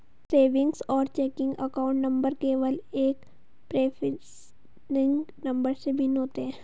savings और checking account number केवल एक प्रीफेसिंग नंबर से भिन्न होते हैं